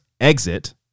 Exit